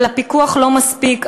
אבל הפיקוח לא מספיק.